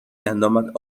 گندمت